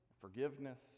forgiveness